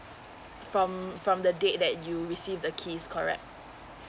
from from the date that you received the keys correct